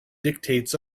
dictates